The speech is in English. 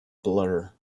blur